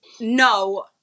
no